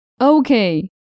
Okay